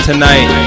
Tonight